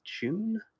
June